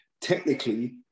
technically